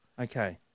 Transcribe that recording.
okay